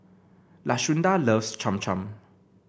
Lashunda loves Cham Cham